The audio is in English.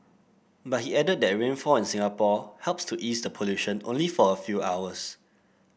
but he added that rainfall in Singapore helps to ease the pollution only for a few hours